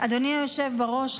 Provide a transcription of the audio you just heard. אדוני היושב בראש,